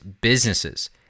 businesses